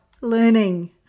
learning